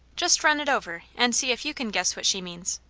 just run it over and see if you can guess what she means.